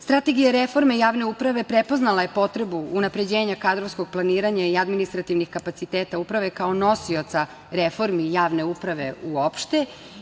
Strategija reforme javne uprave prepoznala je potrebu unapređenja kadrovskog planiranja i administrativnih kapaciteta uprave kao nosioca reformi javne uprave uopšte.